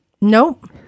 Nope